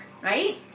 right